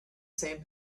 same